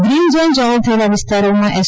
green zone જાહેર થયેલા વિસ્તારોમાં એસ